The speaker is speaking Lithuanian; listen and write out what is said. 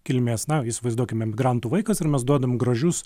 kilmės na įsivaizduokime emigrantų vaikas ir mes duodam gražius